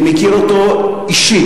אני מכיר אותו אישית.